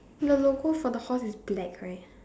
the logo for the horse is black right